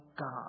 God